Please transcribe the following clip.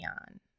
on